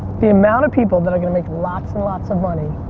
the amount of people that are gonna make lots and lots of money